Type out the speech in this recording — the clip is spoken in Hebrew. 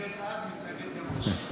התנגד אז, מתנגד גם עכשיו.